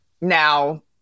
Now